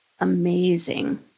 Amazing